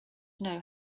know